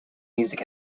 music